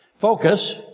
focus